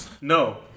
No